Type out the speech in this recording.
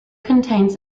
contains